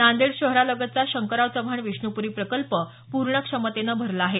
नांदेड शहरालगतचा शंकरराव चव्हाण विष्णूपूरी प्रकल्प पूर्ण क्षमतेनं भरला आहे